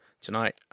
tonight